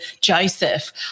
Joseph